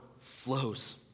flows